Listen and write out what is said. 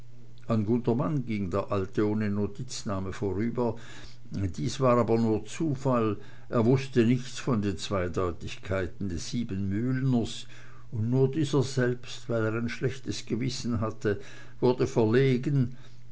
ging der alte ohne notiznahme vorüber dies war aber nur zufall er wußte nichts von den zweideutigkeiten des siebenmühlners und nur dieser selbst weil er ein schlechtes gewissen hatte wurde verlegen